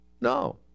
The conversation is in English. No